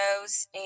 shows